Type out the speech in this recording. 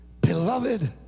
beloved